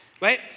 right